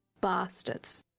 bastards